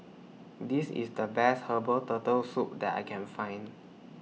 This IS The Best Herbal Turtle Soup that I Can Find